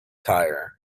tyre